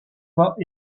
pas